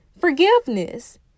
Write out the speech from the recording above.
forgiveness